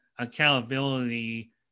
accountability